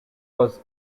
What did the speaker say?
was